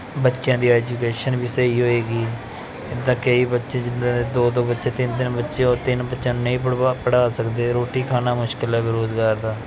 ਬੱਚਿਆਂ ਦੀ ਐਜੂਕੇਸ਼ਨ ਵੀ ਸਹੀ ਹੋਏਗੀ ਐਦਾਂ ਕਈ ਬੱਚੇ ਦੋ ਦੋ ਬੱਚੇ ਤਿੰਨ ਤਿੰਨ ਬੱਚੇ ਉਹ ਤਿੰਨ ਬੱਚਿਆਂ ਨੂੰ ਨਹੀਂ ਪੜ੍ਹਵਾ ਪੜ੍ਹਾ ਸਕਦੇ ਰੋਟੀ ਖਾਣਾ ਮੁਸ਼ਕਲ ਹੈ ਬੇਰੁਜ਼ਗਾਰ ਦਾ